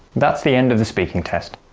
that's the end of the speaking test.